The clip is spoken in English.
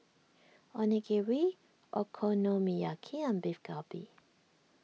Onigiri Okonomiyaki and Beef Galbi